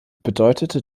bedeutete